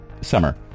summer